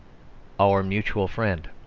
our mutual friend